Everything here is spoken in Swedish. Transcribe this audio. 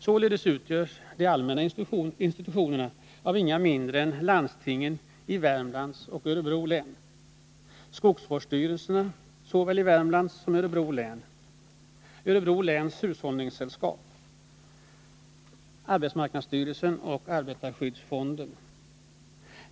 Således utgörs de allmänna institutionerna av inga mindre än landstingen i Värmlands och Örebro län, skogsvårdsstyrelserna såväl i Värmlands som i Örebro län, Örebro läns hushållningssällskap, arbetsmarknadsstyrelsen och arbetarskyddsfonden.